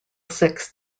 six